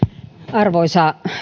arvoisa